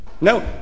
No